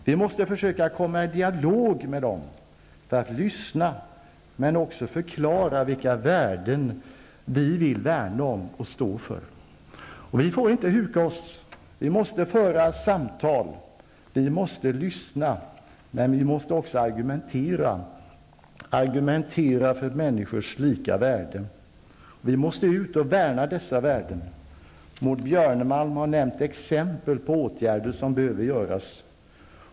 Vi måste försöka komma i dialog med dem för att lyssna men också för att förklara vilka värden som vi vill värna om och stå för. Vi får inte huka oss. Vi måste föra samtal, och vi måste lyssna. Men vi måste också argumentera för alla människors lika värde. Vi måste ut och värna dessa värden. Maud Björnemalm har nämnt exempel på åtgärder som behöver vidtas.